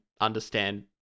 understand